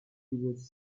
debates